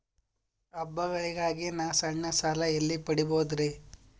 ಹಬ್ಬಗಳಿಗಾಗಿ ನಾ ಸಣ್ಣ ಸಾಲ ಎಲ್ಲಿ ಪಡಿಬೋದರಿ?